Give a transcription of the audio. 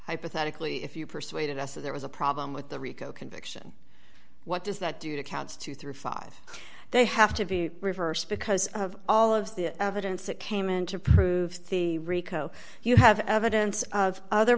hypothetically if you persuaded us that there was a problem with the rico conviction what does that do to counts two through five they have to be reversed because of all of the evidence that came in to prove the rico you have evidence of othe